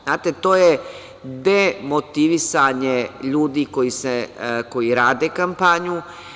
Znate, to je demotivisanje ljudi koji rade kampanju.